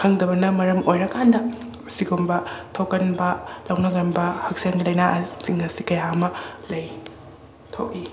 ꯈꯪꯗꯕꯅ ꯃꯔꯝ ꯑꯣꯏꯔꯀꯥꯟꯗ ꯁꯤꯒꯨꯝꯕ ꯊꯣꯀꯟꯕ ꯂꯧꯅꯒꯟꯕ ꯍꯛꯁꯦꯜꯒꯤ ꯂꯩꯅꯥꯁꯤꯡ ꯑꯁꯤ ꯀꯥꯌ ꯑꯃ ꯂꯩ ꯊꯣꯛꯏ